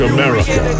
America